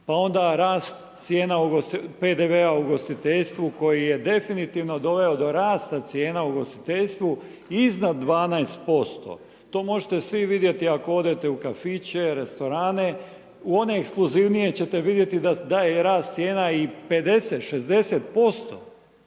pa onda rast cijena PDV-a u ugostiteljstvu koji je definitivno doveo do rasta cijena u ugostiteljstvu iznad 12%. To možete svi vidjeti ako odete u kafiće, restorane. U one ekskluzivnije ćete vidjeti da je i rast cijena i 50, 60%.